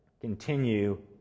continue